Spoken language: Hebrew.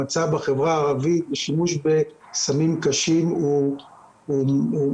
המצב בחברה הערבית בשימוש בסמים קשים הוא מדאיג.